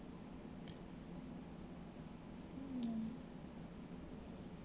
ya